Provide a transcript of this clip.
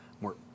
more